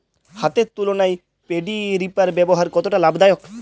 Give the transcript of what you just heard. হাতের তুলনায় paddy reaper ব্যবহার কতটা লাভদায়ক?